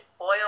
oil